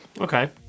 Okay